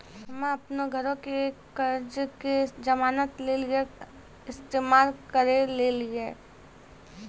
हम्मे अपनो घरो के कर्जा के जमानत लेली इस्तेमाल करि लेलियै